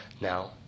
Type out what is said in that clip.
Now